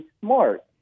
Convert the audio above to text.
smart